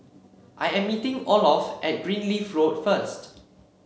I am meeting Olof at Greenleaf Road first